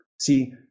See